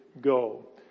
go